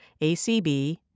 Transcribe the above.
ACB